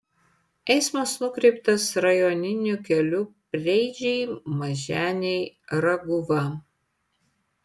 eismas nukreiptas rajoniniu keliu preidžiai maženiai raguva